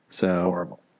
Horrible